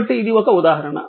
కాబట్టి ఇది ఒక ఉదాహరణ